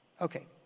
Okay